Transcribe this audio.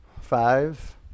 Five